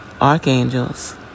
archangels